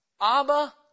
Abba